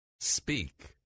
speak